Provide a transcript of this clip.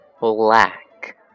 Black